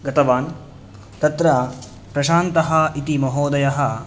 गतवान् तत्र प्रशान्तः इति महोदयः